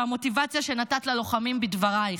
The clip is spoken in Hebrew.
ועל המוטיבציה שנתת ללוחמים בדבריך.